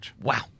Wow